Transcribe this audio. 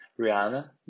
Rihanna